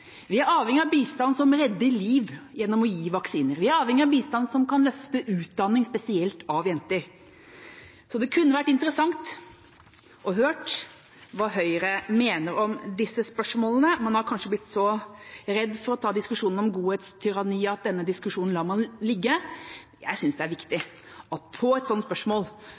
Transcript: Vi er avhengige av bistand som redder liv gjennom å gi vaksiner. Vi er avhengige av bistand som kan løfte utdanning, spesielt av jenter. Så det kunne vært interessant å høre hva Høyre mener om disse spørsmålene, man har kanskje blitt så redd for å ta diskusjonen om «godhetstyranniet» at man lar denne diskusjonen ligge. Jeg synes det er viktig at utenriksministeren, som politiker, på et sånt spørsmål